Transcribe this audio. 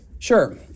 Sure